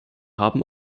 haben